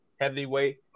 Heavyweight